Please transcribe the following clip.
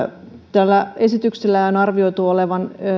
tällä esityksellä on arvioitu olevan